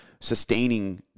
sustaining